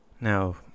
Now